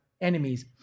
enemies